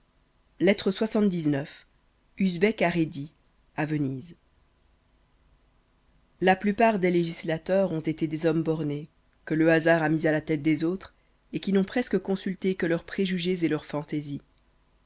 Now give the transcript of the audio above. lettre lxxix usbek à rhédi à venise l a plupart des législateurs ont été des hommes bornés que le hasard a mis à la tête des autres et qui n'ont presque consulté que leurs préjugés et leurs fantaisies